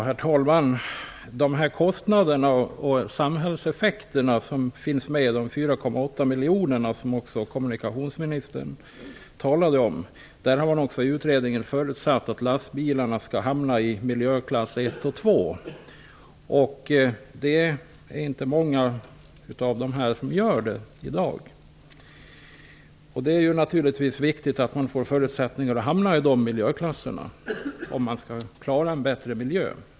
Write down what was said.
Herr talman! Också kommunikationsministern tog upp kostnaderna för samhällseffekterna, motsvarande 4,8 miljoner kronor. Utredningen har förutsatt att lastbilarna skall hamna i miljöklasserna 1 och 2. Det är inte många av dem som gör det i dag. Det är naturligtvis viktigt att de får förutsättningar att hamna i dessa miljöklasser, om vi skall klara en bättre miljö.